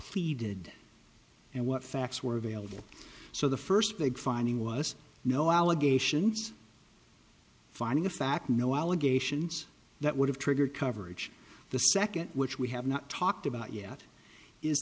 pleaded and what facts were available so the first big finding was no allegations finding a fact no allegations that would have triggered coverage the second which we have not talked about yet is